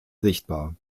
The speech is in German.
sichtbar